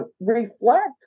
Reflect